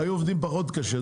הם היו עובדים פחות קשה.